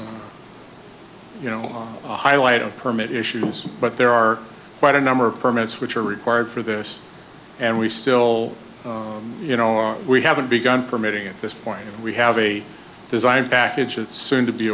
is you know highlight a permit issue but there are quite a number of permits which are required for this and we still you know we haven't begun permitting at this point we have a design packages soon to be